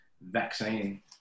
vaccine